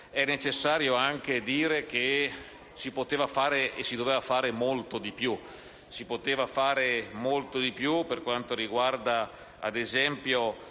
è necessario anche dire che si poteva e si doveva fare molto di più. Si poteva fare molto di più per quanto riguarda, ad esempio,